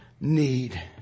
need